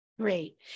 Great